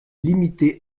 limité